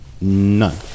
None